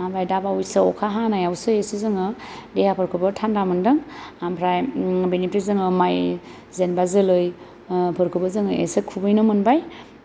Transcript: ओमफ्राय दा बावैसो अखा हानायावसो एसे जोङो देहाफोरखौबो थान्डा मोनदों ओमफ्राय बेनिफ्राय जोङो माइ जेनेबा जोलै फोरखौबो एसे खुबैनो मोनबाय